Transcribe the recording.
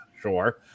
Sure